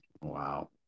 Wow